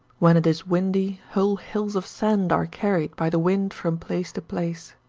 when it is windy whole hills of sand are carried by the wind from place to place.